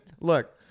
Look